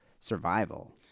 survival